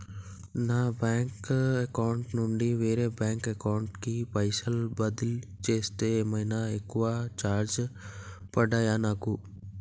నా bank account నుండి వేరే బ్యాంక్ అకౌంట్ కి పైసల్ బదిలీ చేస్తే ఏమైనా ఎక్కువ చార్జెస్ పడ్తయా నాకు?